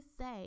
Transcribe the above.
say